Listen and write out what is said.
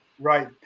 Right